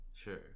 Sure